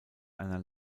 einer